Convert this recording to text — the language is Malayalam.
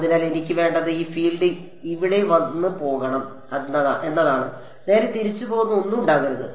അതിനാൽ എനിക്ക് വേണ്ടത് ഈ ഫീൽഡ് ഇവിടെ വന്ന് പോകണം എന്നതാണ് നേരെ തിരിച്ചു പോകുന്ന ഒന്നും ഉണ്ടാകരുത്